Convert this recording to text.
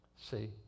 See